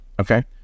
Okay